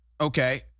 Okay